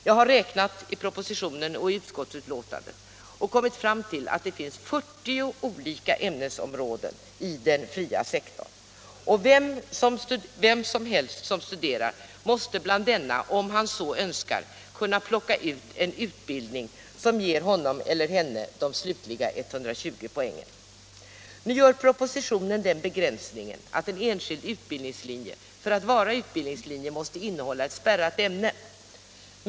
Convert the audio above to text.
Jag har räknat i propositionen och utskottsbetänkandet och kommit fram till att det finns 40 olika ämnesområden i den fria sektorn, och vem som helst som studerar måste bland dessa, om han eller hon så önskar, kunna plocka ut en utbildning som ger de slutliga 120 poängen. Nu görs det i propositionen den begränsningen att en enskild utbildningslinje för att vara utbildningslinje måste innehålla ett spärrat ämne.